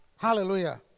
Hallelujah